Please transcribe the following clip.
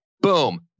Boom